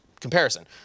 Comparison